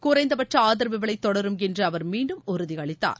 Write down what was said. குறைந்தபட்ச ஆதரவு விலை தொடரும் என்று அவர் மீண்டும் உறுதி அளித்தார்